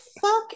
fuck